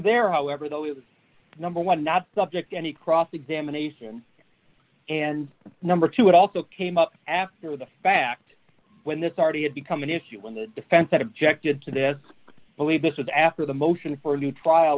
are however though is number one not subject to any cross examination and number two it also came up after the fact when this already had become an issue when the defense had objected to this believe this was after the motion for t